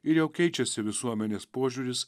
ir jau keičiasi visuomenės požiūris